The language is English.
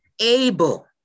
able